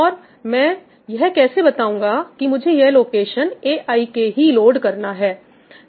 और मैं यह कैसे बताऊंगा कि मुझे यह लोकेशन aik ही लोड करना है